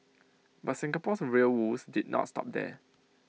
but Singapore's rail woes did not stop there